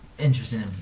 interesting